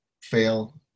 fail